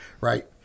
right